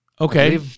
Okay